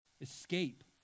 Escape